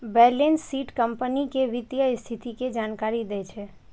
balance sheet company के वित्तीय स्थिति के जानकारी दै छै